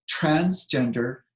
transgender